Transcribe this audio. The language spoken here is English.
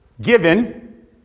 given